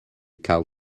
cael